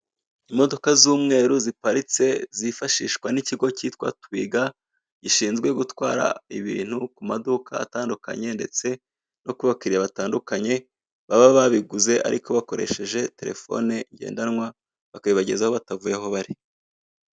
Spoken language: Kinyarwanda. Imodoka z'umweru ziparitse zifashishwa n'ikigo cyitwa TWIGA, gishinzwe gutwara ibintu ku maduka atandukanye ndetse no ku bakiriya batandukanye, baba babiguze ariko bakoresheje telefone ngendanwa, bakabibagezaho batavuye aho bari.